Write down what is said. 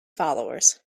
followers